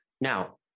Now